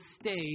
stay